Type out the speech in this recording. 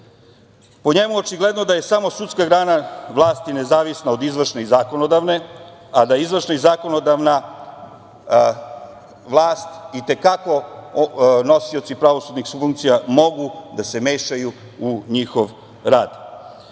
Po njemu, očigledno da je samo sudska grana vlasti nezavisna od izvršne i zakonodavne, a da izvršna i zakonodavna vlast i te kako mogu kao nosioci pravosudnih funkcija da se mešaju u njihov rad.